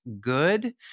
good